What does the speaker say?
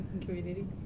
Community